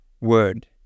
word